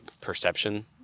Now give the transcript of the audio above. perception